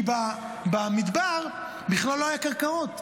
כי במדבר בכלל לא היו קרקעות.